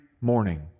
morning